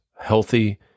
healthy